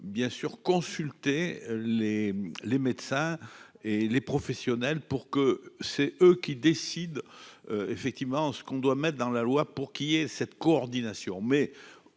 bien sûr consulter les les médecins et les professionnels pour que c'est eux qui décident effectivement ce qu'on doit mettre dans la loi pour qu'il y ait cette coordination mais